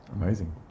Amazing